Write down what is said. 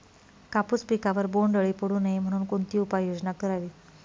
कापूस पिकावर बोंडअळी पडू नये म्हणून कोणती उपाययोजना करावी?